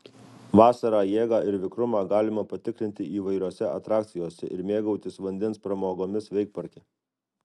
vasarą jėgą ir vikrumą galima patikrinti įvairiose atrakcijose ir mėgautis vandens pramogomis veikparke